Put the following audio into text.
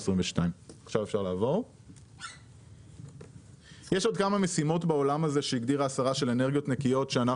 2022. יש עוד כמה משימות של אנרגיות נקיות שהוגדרו על ידי השרה